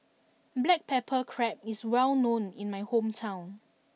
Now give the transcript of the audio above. Black Pepper Crab is well known in my hometown